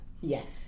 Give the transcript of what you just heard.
Yes